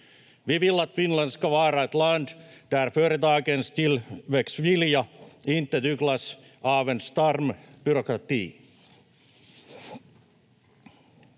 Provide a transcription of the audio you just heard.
Vi vill att Finland ska vara ett land där företagens tillväxtvilja inte tyglas av en stram byråkrati.